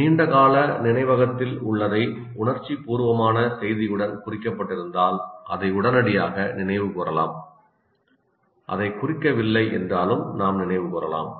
நீண்ட கால நினைவகத்தில் உள்ளதை உணர்ச்சிபூர்வமான செய்தியுடன் குறிக்கப்பட்டிருந்தால் அதை உடனடியாக நினைவு கூறலாம் அதைக் குறிக்கவில்லை என்றாலும் நாம் நினைவு கூறலாம்